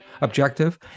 objective